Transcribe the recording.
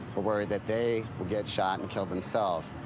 were worried that they would get shot and killed themselves.